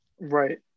Right